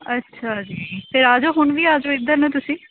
ਅੱਛਾ ਜੀ ਫਿਰ ਆ ਜਾਓ ਹੁਣ ਵੀ ਆ ਜਾਓ ਇੱਧਰ ਨੂੰ ਤੁਸੀਂ